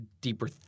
deeper